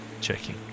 checking